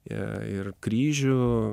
e ir kryžių